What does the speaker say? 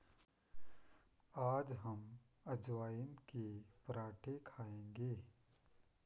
आज हम अजवाइन के पराठे खाएंगे